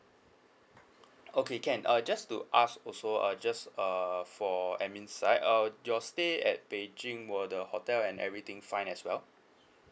okay can uh just to ask also uh just err for admin side uh your stay at beijing were the hotel and everything fine as well